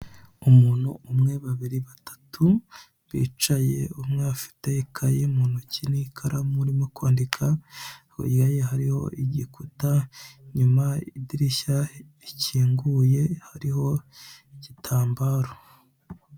Umuntu umwe, babiri, batatu, bicaye umwe afite ikayi mu ntoki n'ikaramu urimo kwandika, hakurya ye hariyo igikuta, inyuma idirishya rikinguye hariho igitambaro.